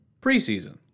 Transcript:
preseason